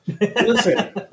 Listen